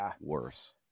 worse